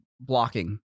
blocking